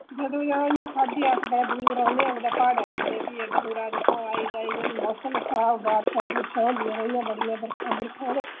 दबाई नेईं खाद्धी अस बड़ा दूर रौहन्ने हां कुदै प्हाड़ें च ते फ्ही ऐड्डे दूरा आई जाई फ्ही मौिसम बी बारिशां बूरशां होदियां रेहियां बड़ियां इत्थै ते